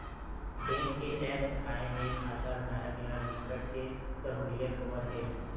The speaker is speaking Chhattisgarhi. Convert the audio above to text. बेंक के ऐप्स आए ले खाताधारक ल बिकट के सहूलियत होवत हे